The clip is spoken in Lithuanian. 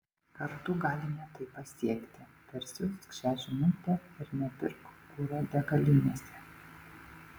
kartu galime tai pasiekti persiųsk šią žinute ir nepirk kuro degalinėse